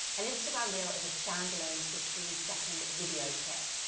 an instagram reel is a standalone fifteen second video clip.